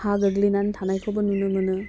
हा गोग्लैनानै थानायखौबो नुनो मोनो